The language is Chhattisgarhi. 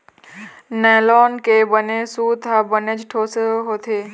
नायलॉन के बने सूत ह बनेच ठोस होथे